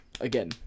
Again